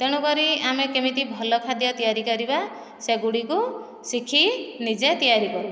ତେଣୁକରି ଆମେ କେମିତି ଭଲ ଖାଦ୍ୟ ତିଆରି କରିବା ସେଗୁଡ଼ିକୁ ଶିଖି ନିଜେ ତିଆରି କରୁ